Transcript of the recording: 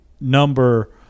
number